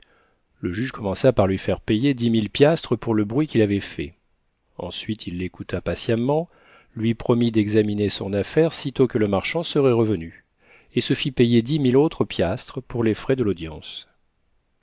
le juge commença par lui faire payer dix mille piastres pour le bruit qu'il avait fait ensuite il l'écouta patiemment lui promit d'examiner son affaire sitôt que le marchand serait revenu et se fit payer dix mille autres piastres pour les frais de l'audience